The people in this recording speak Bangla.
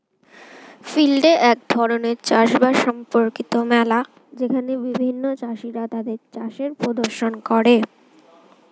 ফিল্ড ডে এক ধরণের চাষ বাস সম্পর্কিত মেলা যেখানে বিভিন্ন চাষীরা তাদের চাষের প্রদর্শন করে